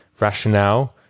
rationale